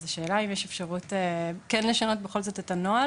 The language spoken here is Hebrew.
אז השאלה היא אם יש אפשרות כן לשנות בכל זאת את הנוהל,